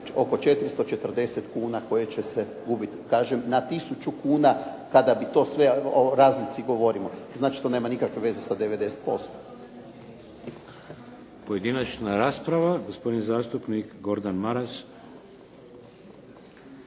oko 440 kuna koje će se gubiti, kažem na tisuću kuna kada bi to sve, o razlici govorimo. Znači, to nema nikakve veze sa 90%. **Šeks, Vladimir (HDZ)** Pojedinačna rasprava. Gospodin zastupnik Gordan Maras.